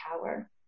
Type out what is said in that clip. power